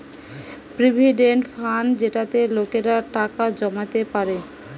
provident fund যেটাতে লোকেরা টাকা জমাতে পারে